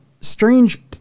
strange